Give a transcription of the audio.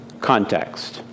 context